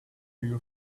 you